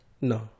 No